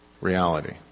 reality